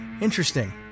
Interesting